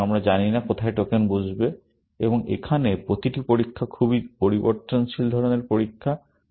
সুতরাং আমরা জানি না কোথায় টোকেন বসবে এবং এখানে প্রতিটি পরীক্ষা খুবই পরিবর্তনশীল ধরনের পরীক্ষা